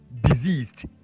diseased